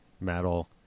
metal